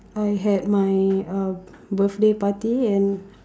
I had mine uh birthday party and